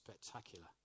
spectacular